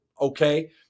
Okay